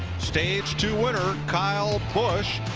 stage two winner, kyle busch.